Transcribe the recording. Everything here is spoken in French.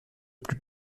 plus